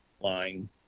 line